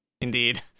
Indeed